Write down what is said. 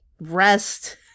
rest